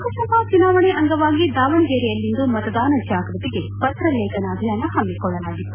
ಲೋಕಸಭಾ ಚುನಾವಣೆ ಅಂಗವಾಗಿ ದಾವಣಗೆರೆಯಲ್ಲಿಂದು ಮತದಾನ ಜಾಗ್ಬತಿಗೆ ಪತ್ರಲೇಖನ ಅಭಿಯಾನ ಹಮ್ಮಿಕೊಳ್ಳಲಾಗಿತ್ತು